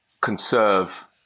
conserve